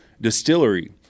Distillery